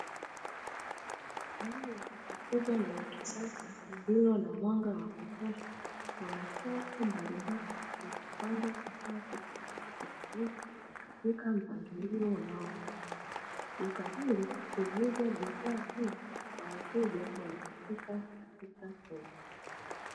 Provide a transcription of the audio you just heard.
Muundo wa duka kubwa na la kisasa lililo na mwanga wa kutosha kuna shelfu mbalimbali zilizopangwa bidhaa tofautitofauti katika mpangilio unaoeleweka. Duka hili huuza bidhaa hizi kwa wateja wanaofika katika eneo hilo.